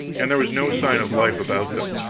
and there was no sign of life about them.